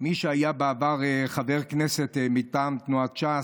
מי שהיה בעבר חבר כנסת מטעם תנועת ש"ס,